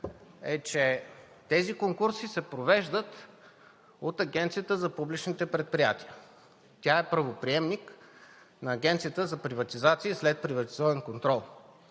че тези конкурси се провеждат от Агенцията за публичните предприятия. Тя е правоприемник на Агенцията за приватизация и следприватизационен контрол.